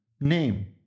name